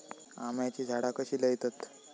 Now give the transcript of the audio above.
आम्याची झाडा कशी लयतत?